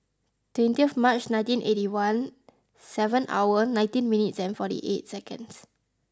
twenty of March nineteen eighty one seven hour nineteen minutes and forty eight seconds